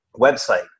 website